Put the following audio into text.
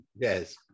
Yes